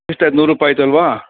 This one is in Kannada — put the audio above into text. ಎಷ್ಟಾಯ್ತು ನೂರು ರೂಪಾಯಿ ಆಯಿತಲ್ವಾ